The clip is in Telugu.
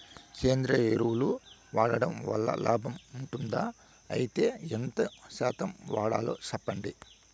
సేంద్రియ ఎరువులు వాడడం వల్ల లాభం ఉంటుందా? అయితే ఎంత శాతం వాడాలో చెప్పండి?